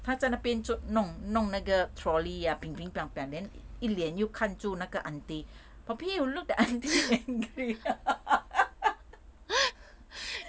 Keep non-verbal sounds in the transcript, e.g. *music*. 她在那边 zu~ 弄弄那个 trolley ya bingbing piang piang then 一脸又看注那个 aunty poppy you look the aunty very angry *laughs* *breath* *breath*